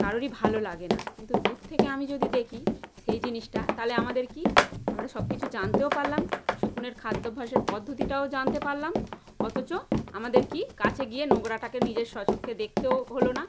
কারোরই ভালো লাগে না কিন্তু দূর থেকে আমি যদি দেখি সেই জিনিসটা তাহলে আমাদের কী আমরা সব কিছু জানতেও পারলাম শকুনের খাদ্যাভ্যাসের পদ্ধতিটাও জানতে পারলাম অথচ আমাদের কী কাছে গিয়ে নোংরাটাকে নিজের স্বচক্ষে দেখতেও হল না